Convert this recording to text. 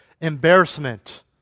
embarrassment